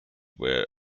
were